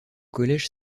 collège